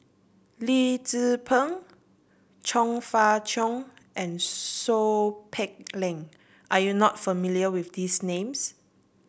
Lee Tzu Pheng Chong Fah Cheong and Seow Peck Leng are you not familiar with these names